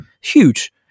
Huge